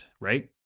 right